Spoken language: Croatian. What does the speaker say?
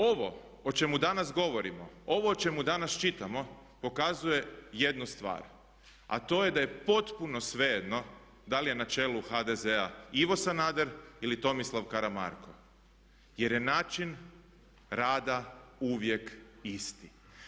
Ovo o čemu danas govorimo, ovo o čemu danas čitamo, pokazuje jednu stvar a to je da je potpuno svejedno da li je na čelu HDZ-a Ivo Sanader ili Tomislav Karamarko jer je način rada uvijek isti.